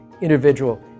individual